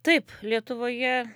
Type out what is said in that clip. taip lietuvoje